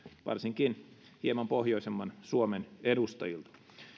varsinkin hieman pohjoisemman suomen edustajilta